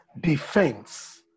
defense